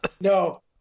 No